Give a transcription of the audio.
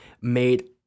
made